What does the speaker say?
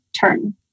turn